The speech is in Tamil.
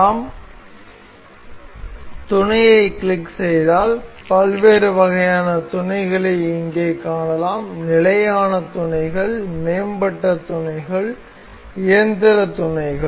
நாம் துணையை கிளிக் செய்தால் பல்வேறு வகையான துணைகளை இங்கே காணலாம் நிலையான துணைகள் மேம்பட்ட துணைகள் இயந்திரத் துணைகள்